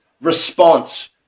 response